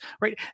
Right